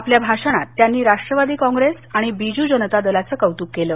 आपल्या भाषणात त्यांनी राष्ट्रवादी काँग्रेस आणि बिजू जनता दलाचं कौतुक केलं